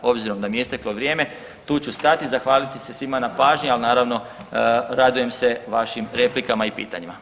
Obzirom da mi je isteklo vrijeme tu ću stati, zahvaliti se svima na pažnji ali naravno radujem se vašim replikama i pitanjima.